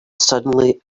suddenly